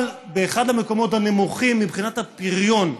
אבל באחד המקומות הנמוכים מבחינת הפריון.